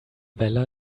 vella